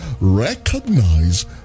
recognize